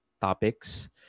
topics